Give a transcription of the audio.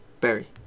Berry